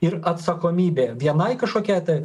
ir atsakomybė vienai kažkokiai tai